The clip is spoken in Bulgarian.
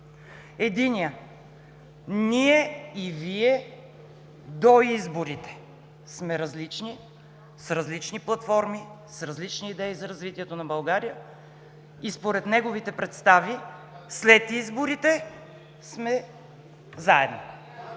Единият: „ние и Вие“ до изборите сме различни, с различни платформи, с различни идеи за развитие и според неговите представи след изборите сме заедно.